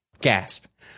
Gasp